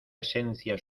esencia